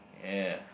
yeah